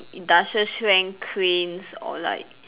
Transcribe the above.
industrial strength cranes or like